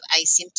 asymptomatic